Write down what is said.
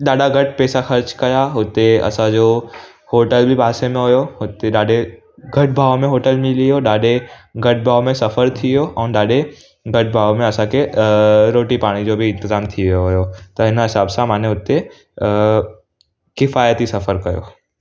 ॾाढा घटि पैसा खर्च कया हुते असांजो होटल बि पासे में हुयो हुते ॾाढे घटि भाव में होटल मिली वियो ॾाढे घटि भाव में सफ़र थी वियो ऐं ॾाढे घटि भाव में असांखे अ रोटी पाणी जो बि इंतज़ाम थी वियो हुयो त हिन हिसाबु सां मुंहिंजो हुते अ किफ़ाइती सफ़र कयो